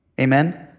Amen